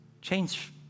Change